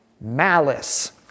malice